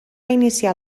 iniciar